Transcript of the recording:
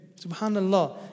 Subhanallah